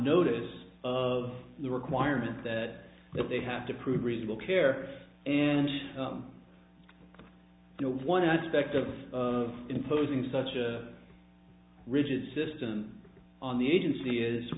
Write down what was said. notice of the requirement that they have to prove reasonable care and no one aspect of of imposing such a rigid system on the agency is